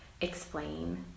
explain